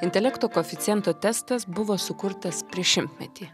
intelekto koeficiento testas buvo sukurtas prieš šimtmetį